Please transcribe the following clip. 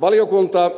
valiokunta